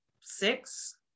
six